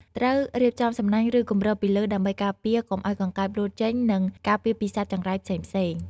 ត្រូវរៀបចំសំណាញ់ ឬគម្របពីលើដើម្បីការពារកុំឲ្យកង្កែបលោតចេញ និងការពារពីសត្វចង្រៃផ្សេងៗ។